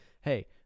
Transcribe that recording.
hey